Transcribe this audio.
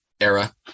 era